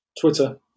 Twitter